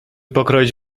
pokroić